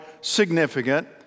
significant